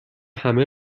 همه